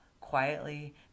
quietly